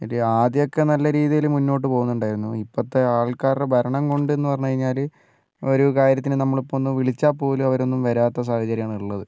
ഒരു ആദ്യമൊക്കെ നല്ല രീതിയിൽ മുന്നോട്ട് പോകുന്നുണ്ടായിരുന്നു ഇപ്പത്തെ ആൾക്കാരുടെ ഭരണം കൊണ്ട് എന്ന് പറഞ്ഞു കഴിഞ്ഞാല് ഒരു കാര്യത്തിന് നമ്മൾ ഇപ്പം ഒന്ന് വിളിച്ചാ പോലും അവരൊന്നും വരാത്ത സാഹചര്യമാണ് ഉള്ളത്